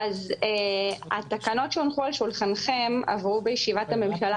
אז התקנות שהונחו על שולחנכם עברו בישיבת הממשלה